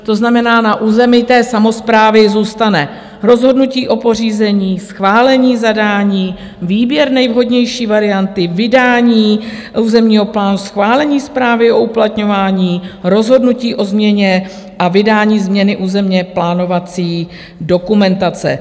To znamená, na území samosprávy zůstane rozhodnutí o pořízení, schválení zadání, výběr nejvhodnější varianty, vydání územního plánu, schválení zprávy o uplatňování, rozhodnutí o změně a vydání změny územněplánovací dokumentace.